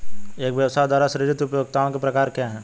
एक व्यवसाय द्वारा सृजित उपयोगिताओं के प्रकार क्या हैं?